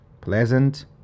pleasant